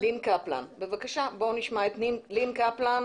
נשמע את לין קפלן,